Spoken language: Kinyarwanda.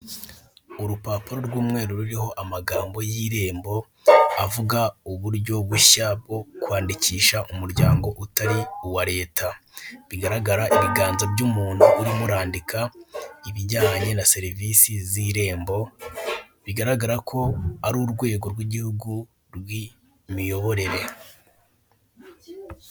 Urupapuro rw'umweru ruriho amagambo y'irembo, avuga uburyo bushya bwo kwandikisha umuryango utari uwa leta, bigaragara ibiganza by'umuntu biri kwandika ibijyanye na serivisi z'irembo, bigaragara ko ari urwego rw'igihugu rw'imiyoborere.